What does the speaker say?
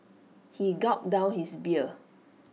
he gulped down his beer